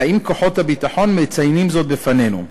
אלא אם כוחות הביטחון מציינים זאת בפנינו.